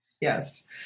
Yes